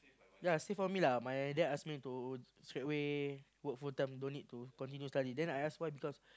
ya same for me lah my dad ask me to straightaway work full time don't need to continue study then I ask why because